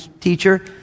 teacher